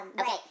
Okay